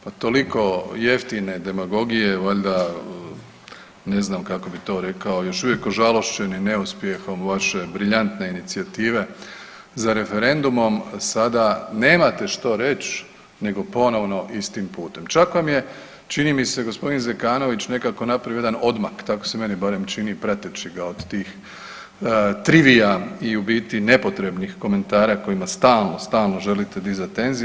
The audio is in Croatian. Pa toliko jeftine demagogije valjda ne znam kako bi to rekao, još uvijek ožalošćeni neuspjehom vaše briljantne inicijative za referendumom sada nemate što reć nego ponovno istim putem, čak vam je čini mi se g. Zekanović nekako napravio jedan odmak tako se meni barem čini prateći ga od tih trivija i u biti nepotrebnih komentara kojima stalno, stalno želite dizati tenzije.